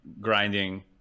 grinding